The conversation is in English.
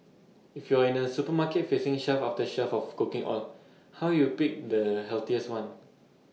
if you are in A supermarket facing shelf after shelf of cooking oil how do you pick the healthiest one